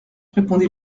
répondit